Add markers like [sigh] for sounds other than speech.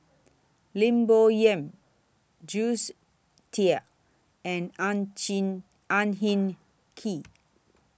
Lim Bo Yam Jules Itier and Ang [unintelligible] Ang Hin Kee